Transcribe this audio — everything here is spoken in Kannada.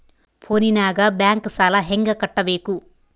ಫೋನಿನಾಗ ಬ್ಯಾಂಕ್ ಸಾಲ ಹೆಂಗ ಕಟ್ಟಬೇಕು?